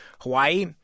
Hawaii